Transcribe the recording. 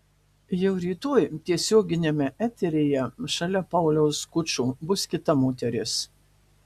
jau rytoj tiesioginiame eteryje šalia pauliaus skučo bus kita moteris